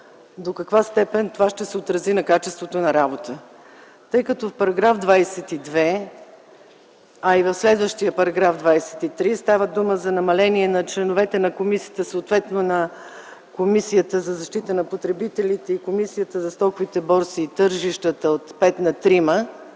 до каква степен това ще се отрази на качеството на работата. Тъй като в § 22, а и в следващия § 23 става дума за намаляване на членовете на Комисията за защита на потребителите и на Комисията за стоковите борси и тържищата от 5 на 3-ма,